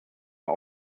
für